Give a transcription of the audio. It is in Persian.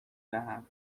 دهم